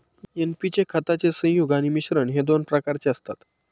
NP चे खताचे संयुग आणि मिश्रण हे दोन प्रकारचे असतात